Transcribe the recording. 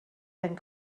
and